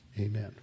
Amen